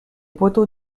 poteaux